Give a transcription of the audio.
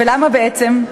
ולמה בעצם?